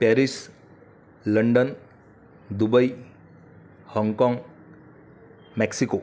Paris London Dubai Hong Kong Mexico